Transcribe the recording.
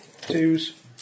Two's